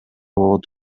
болот